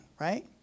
right